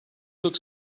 looks